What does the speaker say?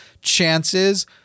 chances